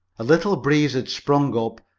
a little breeze had sprung up,